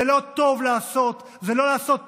זה לא לעשות טוב,